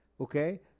okay